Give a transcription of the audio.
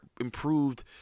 improved